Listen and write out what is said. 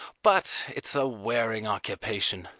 but it's a wearing occupation,